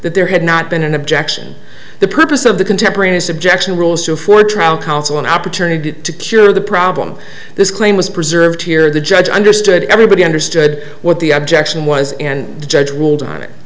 that there had not been an objection the purpose of the contemporaneous objection rules to for trial counsel an opportunity to cure the problem this claim was preserved here the judge understood everybody understood what the objection was and the judge ruled on it